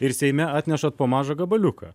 ir seime atnešat po mažą gabaliuką